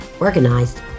organized